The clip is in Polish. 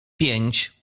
pięć